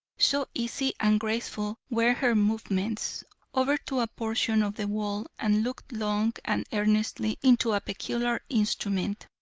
so easy and graceful were her movements over to a portion of the wall and looked long and earnestly into a peculiar instrument,